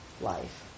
life